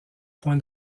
points